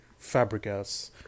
Fabregas